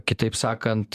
kitaip sakant